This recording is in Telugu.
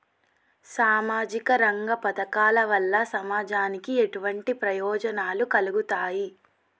సామాజిక రంగ పథకాల వల్ల సమాజానికి ఎటువంటి ప్రయోజనాలు కలుగుతాయి?